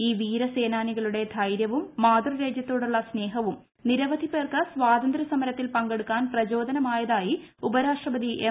ഈ വീരസേനാനികളുടെ ധൈര്യവും മാതൃരാജ്യത്തോടുള്ള സ്നേഹവും നിരവധി പേർക്ക് സ്വാതന്ത്ര്യസമരത്തിൽ പങ്കെടുക്കാൻ പ്രചോദനമായതായി ഉപരാഷ്ട്രപതി എം